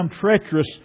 treacherous